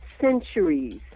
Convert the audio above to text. centuries